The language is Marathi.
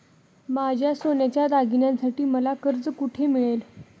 माझ्या सोन्याच्या दागिन्यांसाठी मला कर्ज कुठे मिळेल?